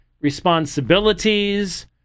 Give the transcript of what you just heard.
responsibilities